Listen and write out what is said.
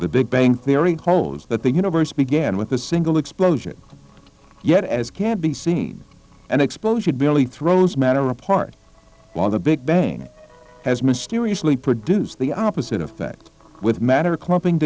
the big bang theory holds that the universe began with a single explosion yet as can be seen an explosion believe throws matter apart while the big bang it has mysteriously produce the opposite effect with matter clumping